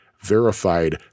verified